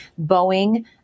Boeing